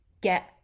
get